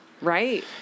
Right